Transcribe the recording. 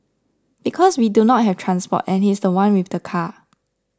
because we do not have transport and he's the one with the car